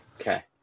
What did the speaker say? Okay